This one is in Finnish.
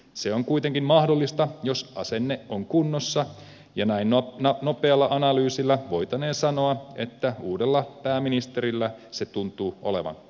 se on kuitenkin mahdollista jos asenne on kunnossa ja nopealla analyysilla voitaneen sanoa että uudella pääministerillä se tuntuu olevan kohdallaan